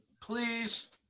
Please